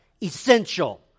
Essential